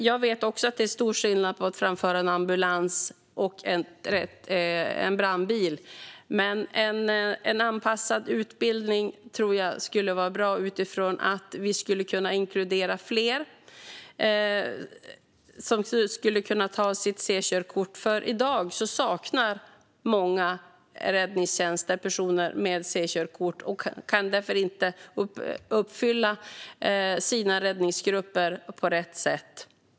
Jag vet också att det är stor skillnad på att framföra en ambulans och att framföra en brandbil. Jag tror att en anpassad utbildning skulle vara bra eftersom vi då skulle kunna inkludera fler som skulle kunna ta C-körkort. I dag saknar många räddningstjänster personer med C-körkort och kan därför inte fylla sina räddningsgrupper på rätt sätt.